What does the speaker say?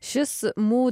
šis mūd